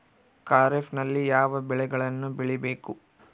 ಖಾರೇಫ್ ನಲ್ಲಿ ಯಾವ ಬೆಳೆಗಳನ್ನು ಬೆಳಿಬೇಕು?